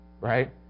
right